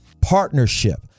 partnership